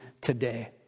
today